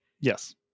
yes